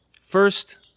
First